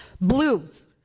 Blues